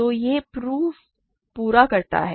तो यह प्रूफ पूरा करता है